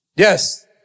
Yes